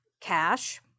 cash